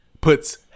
puts